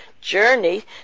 journey